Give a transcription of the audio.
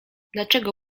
dlaczego